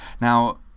Now